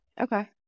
Okay